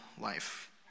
life